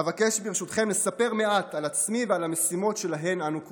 אבקש ברשותכם לספר מעט על עצמי ועל המשימות שלהן אנו קרואים.